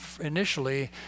initially